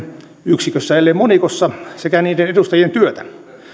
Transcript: yksikössä ellei monikossa sekä niiden edustajien työtä